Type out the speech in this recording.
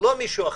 לא מישהו אחר,